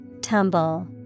Tumble